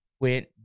went